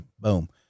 Boom